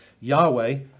Yahweh